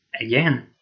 again